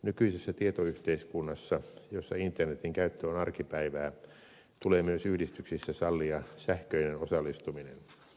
nykyisessä tietoyhteiskunnassa jossa internetin käyttö on arkipäivää tulee myös yhdistyksissä sallia sähköinen osallistuminen